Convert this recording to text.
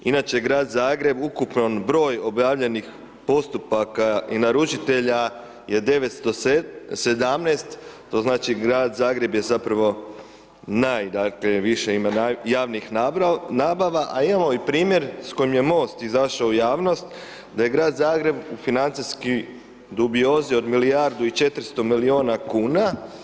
Inače Grad Zagreb, ukupan broj objavljenih postupaka i naručitelja je 917 to znači Grad Zagreb je zapravo, najviše ima javnih nabava, a imamo i primjer s kojim je Most izašao u javnost, da je Grad Zagreb, u financijskoj dubiozi od milijardi i 400 milijuna kuna.